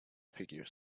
figure